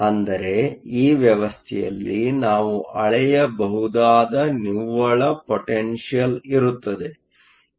ಅಂದರೆ ಈ ವ್ಯವಸ್ಥೆಯಲ್ಲಿ ನಾವು ಅಳೆಯಬಹುದಾದ ನಿವ್ವಳ ಪೊಟೆನ್ಷಿಯಲ್ ಇರುತ್ತದೆ